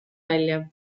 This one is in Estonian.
välja